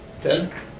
Ten